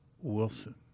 Wilson